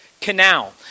canal